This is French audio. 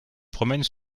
promène